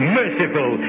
merciful